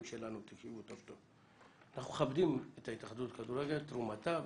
שתבינו שאנחנו מכבדים את ההתאחדות לכדורגל ואת תרומתה לכדורגל.